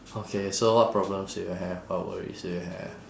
okay so what problems do you have what worries do you have